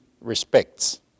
respects